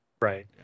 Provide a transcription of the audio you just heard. Right